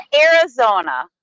Arizona